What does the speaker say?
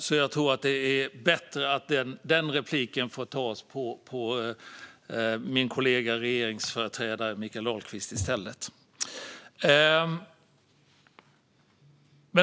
Jag tror därför att det är bättre att den frågan får ställas till min kollega regeringsföreträdaren Mikael Dahlqvist.